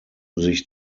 sich